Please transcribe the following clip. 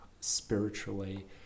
spiritually